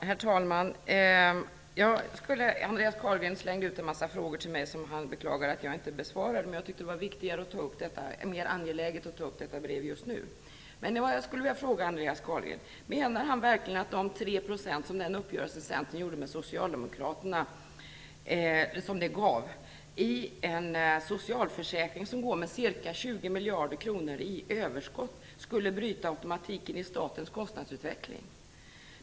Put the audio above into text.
Herr talman! Andreas Carlgren slängde ut en massa frågor till mig som han beklagade att jag inte hade besvarat. Men jag tyckte att det var mer angeläget att ta upp detta brev just nu. Jag vill fråga Andreas Carlgren: Menar han verkligen att de tre procent som uppgörelsen mellan Centern och Socialdemokraterna gav till en socialförsäkring som har ca 0 miljarder kronor i överskott skulle bryta automatiken i statens kostnadsutveckling?